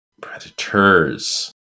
Predators